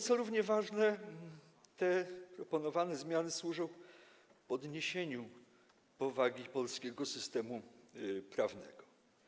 Co równie ważne, te proponowane zmiany służą podniesieniu powagi polskiego systemu prawnego.